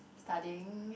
studying